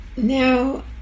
Now